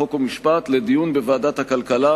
חוק ומשפט לדיון בוועדת הכלכלה,